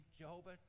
Jehovah